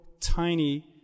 tiny